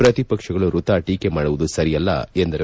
ಪ್ರತಿಪಕ್ಷಗಳು ವೃಥಾ ಟೀಕೆ ಮಾಡುವುದು ಸರಿಯಲ್ಲ ಎಂದರು